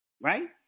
right